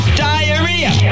diarrhea